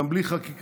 אפילו בלי חקיקה.